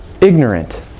ignorant